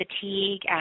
fatigue